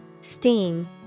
Steam